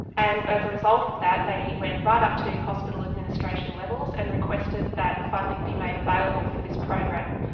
and as a result of that they went right up to hospital administration levels and requested that funding be made available for this program,